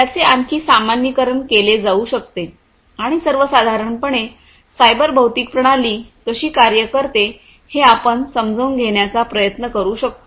याचे आणखी सामान्यीकरण केले जाऊ शकते आणि सर्वसाधारणपणे सायबर भौतिक प्रणाली कशी कार्य करते हे आपण समजून घेण्याचा प्रयत्न करू शकतो